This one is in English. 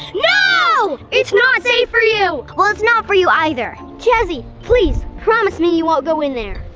no! it's not safe for you! well, it's not for you either. jazzy please, promise me you won't go in there!